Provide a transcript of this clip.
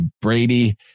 Brady